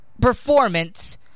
performance